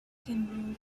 can